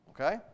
Okay